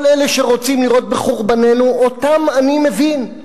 כל אלה שרוצים לראות בחורבננו, אותם אני מבין,